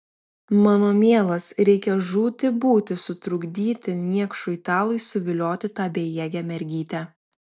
mano mielas reikia žūti būti sutrukdyti niekšui italui suvilioti tą bejėgę mergytę